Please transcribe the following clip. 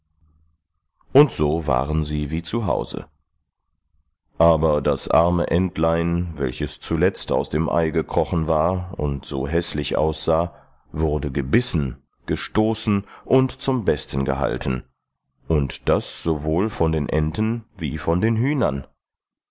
und so waren sie wie zu hause aber das arme entlein welches zuletzt aus dem ei gekrochen war und so häßlich aussah wurde gebissen gestoßen und zum besten gehalten und das sowohl von den enten wie von den hühnern